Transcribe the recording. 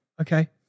okay